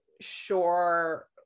sure